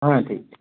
हाँ ठीक ठी